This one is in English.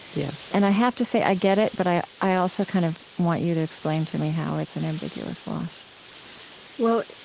and i have to say, i get it, but i i also kind of want you to explain to me how it's an ambiguous loss well,